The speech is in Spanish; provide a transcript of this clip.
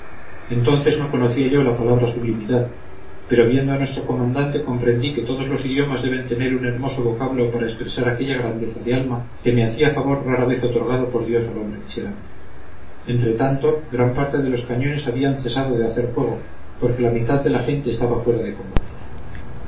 entonces no conocía yo la palabra sublimidad pero viendo a nuestro comandante comprendí que todos los idiomas deben tener un hermoso vocablo para expresar aquella grandeza de alma que me parecía favor rara vez otorgado por dios al hombre miserable entre tanto gran parte de los cañones había cesado de hacer fuego porque la mitad de la gente estaba fuera de combate